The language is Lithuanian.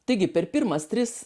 taigi per pirmas tris